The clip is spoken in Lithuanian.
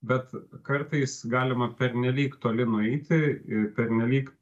bet kartais galima pernelyg toli nueiti ir pernelyg